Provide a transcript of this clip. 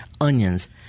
onions